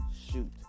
shoot